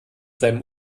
seinem